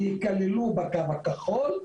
יכללו בקו הכחול,